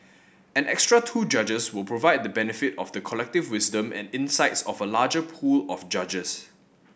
an extra two judges will provide the benefit of the collective wisdom and insights of a larger pool of judges